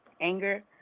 anger